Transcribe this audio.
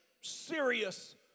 serious